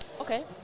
Okay